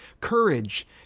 Courage